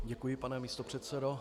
Děkuji, pane místopředsedo.